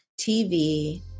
TV